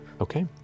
okay